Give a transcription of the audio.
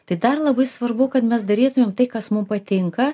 tai dar labai svarbu kad mes darytumėm tai kas mums patinka